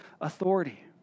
authority